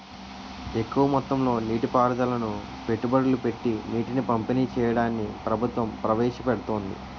ఎక్కువ మొత్తంలో నీటి పారుదలను పెట్టుబడులు పెట్టీ నీటిని పంపిణీ చెయ్యడాన్ని ప్రభుత్వం ప్రవేశపెడుతోంది